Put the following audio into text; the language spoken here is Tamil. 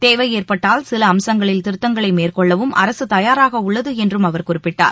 தேவை ஏற்பட்டால் சில அம்சங்களில் திருத்தங்களை மேற்கொள்ளவும் அரசு தயாராக உள்ளது என்றும் அவர் குறிப்பிட்டார்